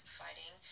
fighting